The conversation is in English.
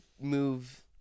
move